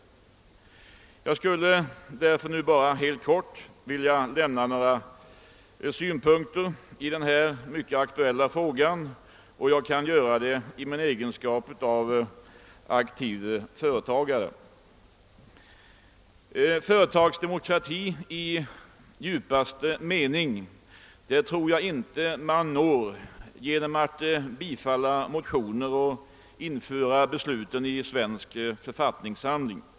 Därför skulle jag nu bara helt kort vilja lämna några synpunkter på denna mycket aktuella fråga, och jag kan göra detta i min egenskap av aktiv företagare. Jag tror inte att man når företagsdemokrati i dess djupaste mening genom att bifalla motioner eller införa besluten i Svensk författningssamling.